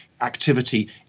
activity